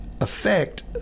affect